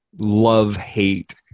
love-hate